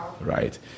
right